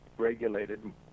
regulated